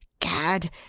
gad!